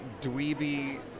dweeby